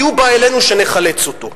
כי הוא בא אלינו שנחלץ אותו.